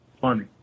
funny